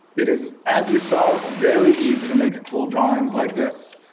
it is as you saw, very easy to make cool drawings like this.